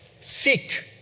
Seek